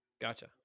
Gotcha